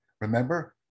Remember